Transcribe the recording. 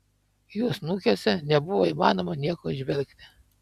jų snukiuose nebuvo įmanoma nieko įžvelgti